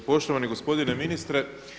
Poštovani gospodine ministre.